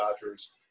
Dodgers